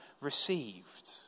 received